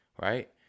right